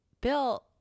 Bill